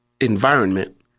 environment